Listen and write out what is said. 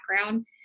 background